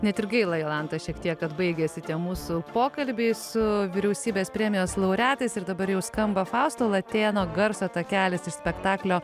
net ir gaila jolanta šiek tiek kad baigėsi tie mūsų pokalbiai su vyriausybės premijos laureatais ir dabar jau skamba fausto latėno garso takelis iš spektaklio